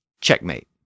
checkmate